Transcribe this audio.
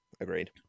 Agreed